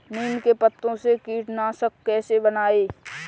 नीम के पत्तों से कीटनाशक कैसे बनाएँ?